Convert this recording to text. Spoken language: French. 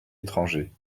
étranger